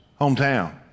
hometown